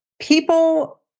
People